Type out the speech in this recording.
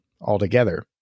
altogether